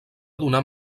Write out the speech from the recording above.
donar